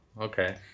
okay